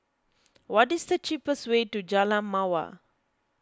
what is the cheapest way to Jalan Mawar